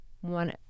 one